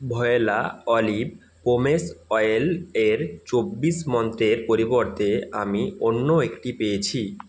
voilà olive pomace oil এর চব্বিশ মন্ত্রের পরিবর্তে আমি অন্য একটি পেয়েছি